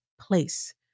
place